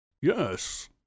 Yes